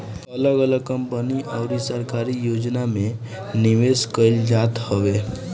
अगल अलग कंपनी अउरी सरकारी योजना में निवेश कईल जात हवे